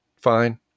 Fine